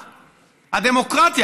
הדמוקרטיה,